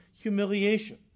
humiliation